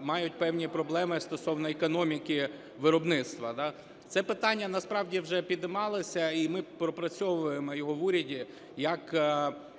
мають певні проблеми стосовно економіки виробництва. Це питання насправді вже піднімалося, і ми пропрацьовуємо його в уряді, як можливо,